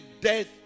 death